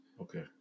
Okay